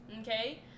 okay